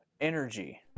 energy